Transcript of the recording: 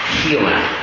healing